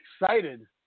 excited